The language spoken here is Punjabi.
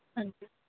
ਹਾਂ ਜੀ